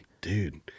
Dude